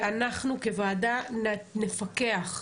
ואנחנו כוועדה נפקח.